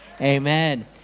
Amen